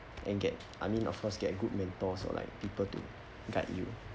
and get I mean of course get good mentors or like people to guide you